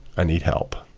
i need help